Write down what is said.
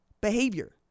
behavior